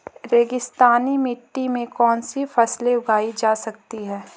रेगिस्तानी मिट्टी में कौनसी फसलें उगाई जा सकती हैं?